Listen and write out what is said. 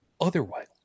otherwise